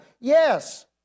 Yes